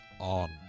on